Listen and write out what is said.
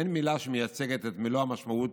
אין מילה שמייצגת את מלוא המשמעות